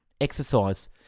Exercise